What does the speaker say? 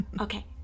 okay